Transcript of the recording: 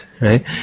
right